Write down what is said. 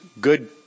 good